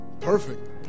perfect